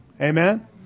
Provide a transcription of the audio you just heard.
Amen